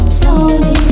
slowly